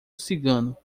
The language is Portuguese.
cigano